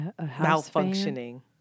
malfunctioning